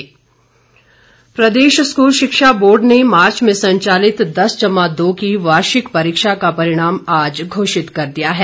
परिणाम प्रदेश स्कूल शिक्षा बोर्ड ने मार्च में संचालित दस जमा दो की वार्षिक परीक्षा का परिणाम आज घोषित कर दिया है